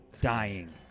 dying